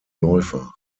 läufer